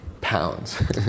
pounds